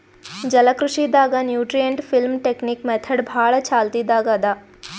ಜಲಕೃಷಿ ದಾಗ್ nutrient film technique method ಭಾಳ್ ಚಾಲ್ತಿದಾಗ್ ಅದಾ